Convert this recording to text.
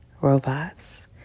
robots